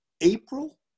April